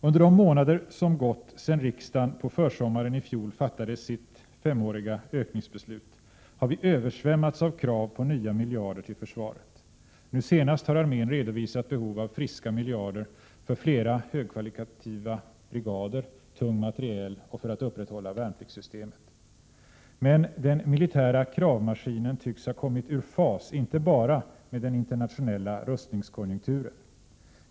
Under de månader som gått sedan riksdagen på försommaren i fjol fattade sitt femåriga ökningsbeslut har vi översvämmats av krav på nya miljarder till försvaret. Nu senast har armén redovisat behov av friska miljarder för flera högkvalitativa brigader, för tung materiel och för att upprätthålla värnpliktssystemet. Men den militära kravmaskinen tycks ha kommit ur fas inte bara med den internationella rustningskonjunkturen.